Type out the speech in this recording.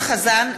חזן,